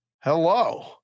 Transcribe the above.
Hello